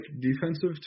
defensive